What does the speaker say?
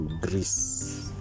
Greece